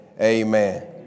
Amen